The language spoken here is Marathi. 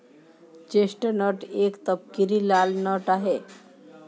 चेस्टनट एक तपकिरी लाल नट आहे